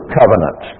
covenant